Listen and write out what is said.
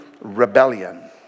rebellion